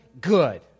good